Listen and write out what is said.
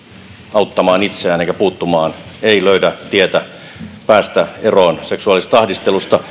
auttamaan itseään eivätkä puuttumaan eivät löydä tietä päästä eroon seksuaalisesta ahdistelusta